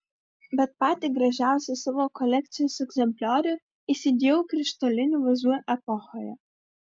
bet patį gražiausią savo kolekcijos egzempliorių įsigijau krištolinių vazų epochoje